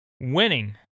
winning